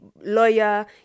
lawyer